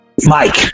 Mike